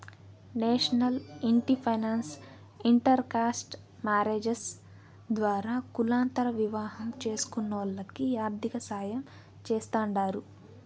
national ఇంటి finance intercaste marriages ద్వారా కులాంతర వివాహం చేస్కునోల్లకి ఆర్థికసాయం చేస్తాండారు